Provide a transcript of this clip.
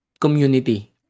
community